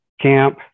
camp